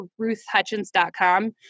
ruthhutchins.com